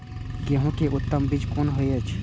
गेंहू के उत्तम बीज कोन होय छे?